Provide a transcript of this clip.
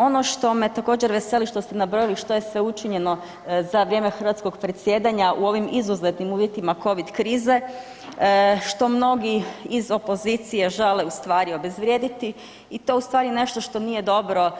Ono što me također veseli što ste nabrojali što je sve učinjeno za vrijeme hrvatskog predsjedanja u ovim izuzetnim uvjetima Covid krize, što mnogi iz opozicije žele u stvari obezvrijediti i to u svari nešto što nije dobro